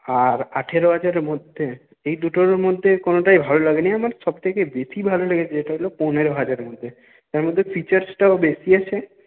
আর আঠারো হাজারের মধ্যে এই দুটোর মধ্যে কোনোটাই ভালো লাগেনি আমার সব থেকে বেশী ভালো লেগেছে যেটা হল পনেরো হাজারের মধ্যে তার মধ্যে ফিচারসটাও বেশী আছে